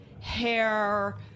hair